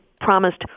promised